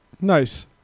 Nice